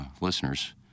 listeners